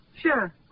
Sure